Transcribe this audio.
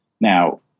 Now